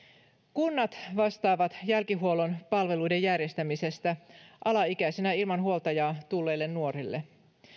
kunnat vastaavat jälkihuollon palveluiden järjestämisestä alaikäisenä ilman huoltajaa tulleille nuorille